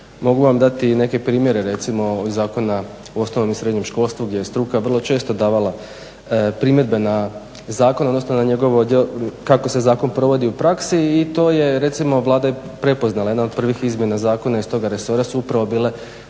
Mogu vam dati neke primjere recimo iz Zakona o osnovnom i srednjem školstvu gdje je struka vrlo često davala primjedbe na zakon odnosno na to kako se zakon provodi u praksi i to je recimo Vlada prepoznala, jedna od prvih izmjena zakona iz toga resora su upravo bile